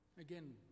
Again